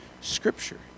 Scripture